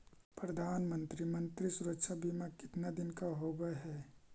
प्रधानमंत्री मंत्री सुरक्षा बिमा कितना दिन का होबय है?